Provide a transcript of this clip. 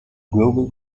global